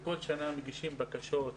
כל שנה מגישים בקשות,